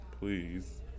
please